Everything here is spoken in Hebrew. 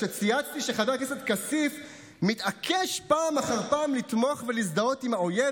שצייצתי שחבר הכנסת כסיף מתעקש פעם אחר פעם לתמוך ולהזדהות עם האויב,